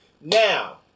Now